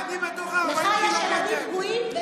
אני בתוך ה-40 ק"מ.